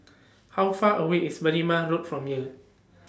How Far away IS Berrima Road from here